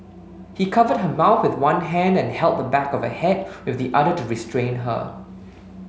he covered her mouth with one hand and held the back of her head with the other to restrain her